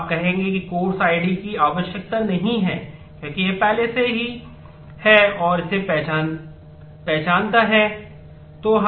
तो आप कहेंगे कि course id की आवश्यकता नहीं है क्योंकि यह पहले से ही है और यह इसे पहचानता है